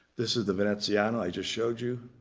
this is the veneziano i just showed you.